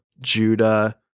Judah